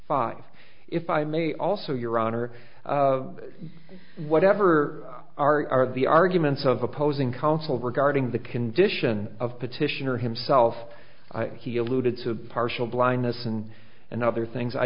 five if i may also your honor whatever are the arguments of opposing counsel regarding the condition of petitioner himself he alluded to partial blindness and and other things i